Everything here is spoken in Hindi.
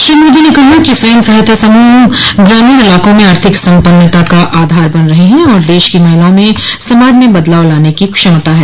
श्री मोदी ने कहा कि स्व सहायता समूह ग्रामीण इलाकों में आर्थिक सम्पन्नता का आधार बन रहे हैं और देश की महिलाओं में समाज में बदलाव लाने की क्षमता है